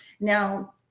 Now